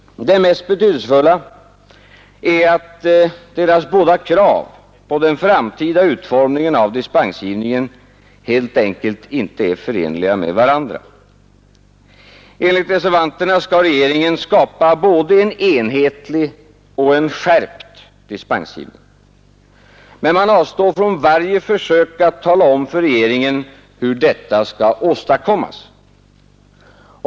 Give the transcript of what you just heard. Den mest betydelsefulla svagheten är att deras båda krav på den framtida utformningen av dispensgivningen helt enkelt inte är förenliga med varandra. Enligt reservanterna skall regeringen skapa både en enhetlig och en skärpt dispensgivning, men man avstår från varje försök att tala om för regeringen hur detta skall åstadkommas.